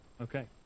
Okay